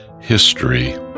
history